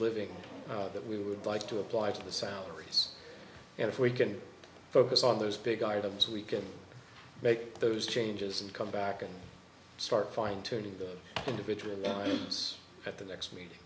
living that we would like to apply to the salaries and if we can focus on those big items we can make those changes and come back and start fine tuning the individual elements at the next week